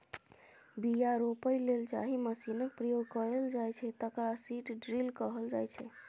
बीया रोपय लेल जाहि मशीनक प्रयोग कएल जाइ छै तकरा सीड ड्रील कहल जाइ छै